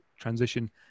transition